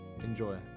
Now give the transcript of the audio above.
Enjoy